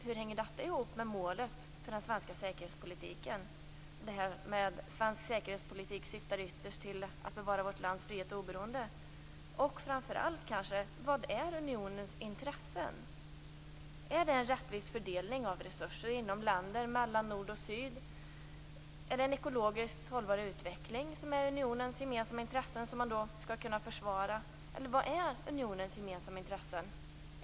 Hur hänger detta ihop med målet för den svenska säkerhetspolitiken - dvs. att svensk säkerhetspolitik syftar ytterst till att bevara vårt lands frihet och oberoende? Vad är unionens intressen? Är det en rättvis fördelning av resurser inom länder, mellan nord och syd? Är det en ekologiskt hållbar utveckling som är unionens gemensamma intresse och som skall försvaras? Vad är unionens gemensamma intressen?